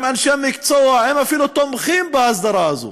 אנשי מקצוע הם אפילו תומכים בהסדרה הזאת.